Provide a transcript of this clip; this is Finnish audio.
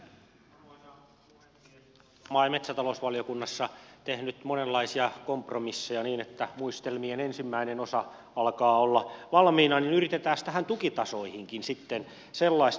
kun olen tuolla maa ja metsätalousvaliokunnassa tehnyt monenlaisia kompromisseja niin että muistelmien ensimmäinen osa alkaa olla valmiina niin yritetäänpäs näihin tukitasoihinkin sitten sellaista